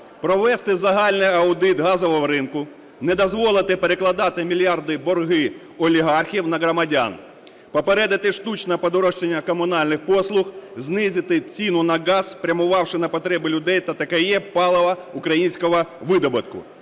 провести загальний аудит газового ринку, не дозволити перекладати мільярдні борги олігархів на громадян, попередити штучне подорожчання комунальних послуг, знизити ціну на газ, спрямувавши на потреби людей та ТКЕ палива українського видобутку.